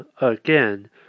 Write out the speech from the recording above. again